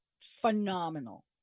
phenomenal